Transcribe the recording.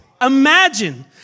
Imagine